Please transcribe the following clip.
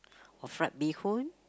or fried bee-hoon